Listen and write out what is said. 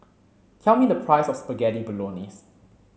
tell me the price of Spaghetti Bolognese